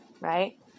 right